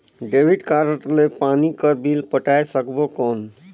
Debit card ले पानी कर बिल पटाय सकबो कौन?